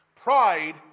Pride